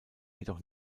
jedoch